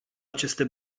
aceste